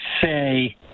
say